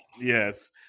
Yes